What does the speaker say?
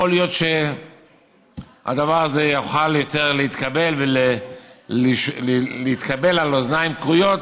יכול להיות שהדבר הזה יוכל יותר להתקבל על אוזניים כרויות